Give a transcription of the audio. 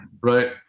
Right